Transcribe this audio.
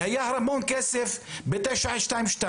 היה המון כסף ב-922,